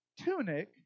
tunic